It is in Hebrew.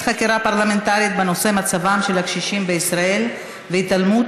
חקירה פרלמנטרית בנושא מצבם של הקשישים בישראל והתעלמות